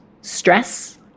stress